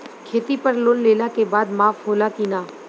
खेती पर लोन लेला के बाद माफ़ होला की ना?